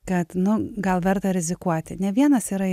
kad nu gal verta rizikuoti ne vienas yra